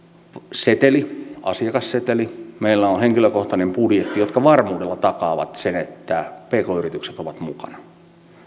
seteli asiakasseteli meillä on henkilökohtainen budjetti jotka varmuudella takaavat sen että pk yritykset ovat mukana